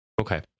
okay